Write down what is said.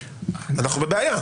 אנחנו בבעיה.